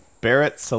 Barrett